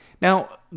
Now